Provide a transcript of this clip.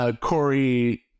Corey